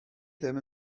ddim